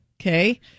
Okay